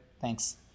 Thanks